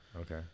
Okay